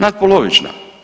Natpolovična.